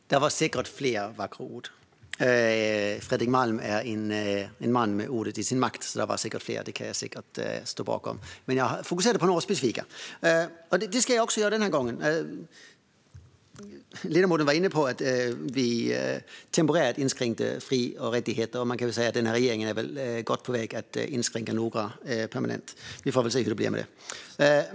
Herr talman! Det var säkert fler vackra ord. Fredrik Malm är en man som har ordet i sin makt, så det var säkert fler. Det kan jag stå bakom. Men jag fokuserade på några specifika, och det ska jag göra också denna gång. Ledamoten var inne på att vi temporärt inskränkte fri och rättigheter. Man kan väl säga att den här regeringen är på god väg att inskränka några permanent. Vi får väl se hur det blir med det.